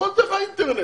כל דבר אינטרנט.